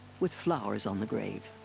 with flowers on the grave.